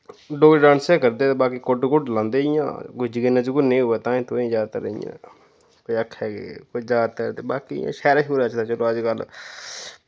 Dogri dance गै करदे ते बाकी कुड्ड कुड्ड लांदे इ'यां कोई जगेरने जगुरने होऐ ताहीं तुआंही जैदातर इ'यां कोई आखै कि कोई जैदातर ते बाकी इ'यां शैह्रे शूह्रें च ते चलो अजकल